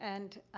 and,